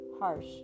harsh